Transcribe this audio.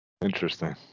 interesting